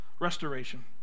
restoration